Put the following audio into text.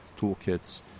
toolkits